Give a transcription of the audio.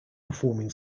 performing